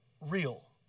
real